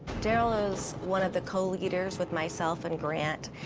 daryl is one of the co-leaders with myself and grant,